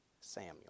Samuel